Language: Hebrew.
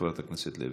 חברת הכנסת לוי.